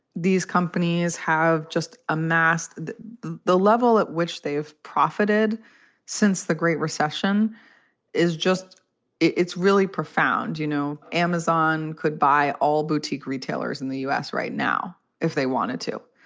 these companies have just amassed the level at which they've profited since the great recession is just it's really profound. you know, amazon could buy all boutique retailers in the u s. right now if they wanted to.